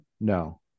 no